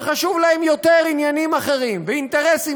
וחשוב להם יותר עניינים אחרים ואינטרסים